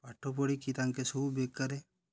ପାଠ ପଢ଼ିକି ତାଙ୍କେ ସବୁ ବେକାର